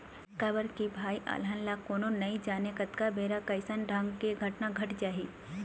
काबर के भई अलहन ल कोनो नइ जानय कतका बेर कइसन ढंग के घटना घट जाही